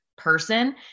person